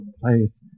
place